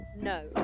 no